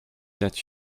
that